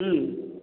ம்